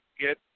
get